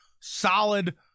solid